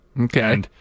Okay